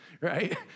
right